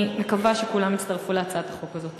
אני מקווה שכולם יצטרפו להצעת החוק הזאת.